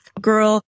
girl